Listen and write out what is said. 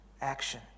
Action